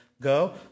Go